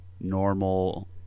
normal